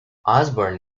osborne